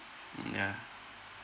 mm yeah